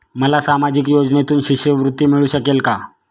मला सामाजिक योजनेतून शिष्यवृत्ती मिळू शकेल का?